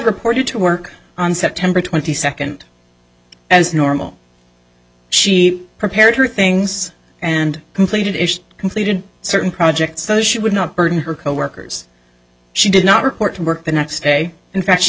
reported to work on september twenty second as normal she prepared her things and completed it completed certain projects so she would not burden her coworkers she did not report to work the next day in fact she